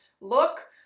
look